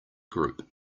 group